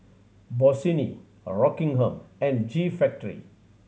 Bossini Rockingham and G Factory